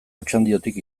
otxandiotik